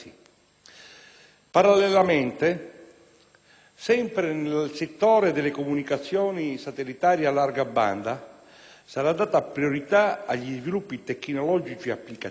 Parallelamente, sempre nel settore delle comunicazioni satellitari a larga banda, sarà data priorità agli sviluppi tecnologici e applicativi